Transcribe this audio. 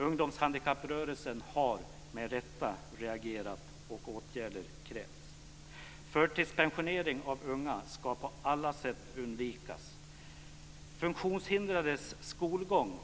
Ungdomshandikapprörelsen har med rätta reagerat, och åtgärder krävs. Förtidspensionering av unga ska på alla sätt undvikas. Funktionshindrades skolgång